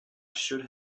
should